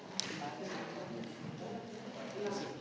Hvala.